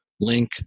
link